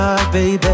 Baby